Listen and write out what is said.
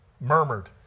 Murmured